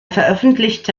veröffentlichte